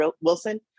Wilson